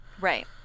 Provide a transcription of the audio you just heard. Right